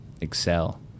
excel